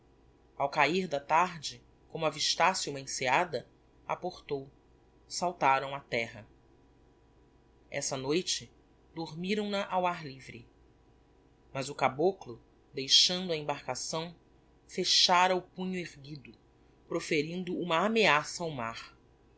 ao cahir da tarde como avistasse uma enseada aportou saltaram a terra essa noite dormiram na ao ar livre mas o caboclo deixando a embarcação fechara o punho erguido proferindo uma ameaça ao mar